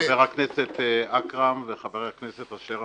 -- וחבר הכנסת אכרם וחבר הכנסת אשר.